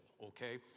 okay